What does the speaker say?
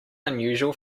unusual